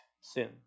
sin